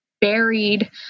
buried